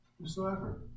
Whosoever